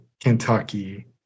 Kentucky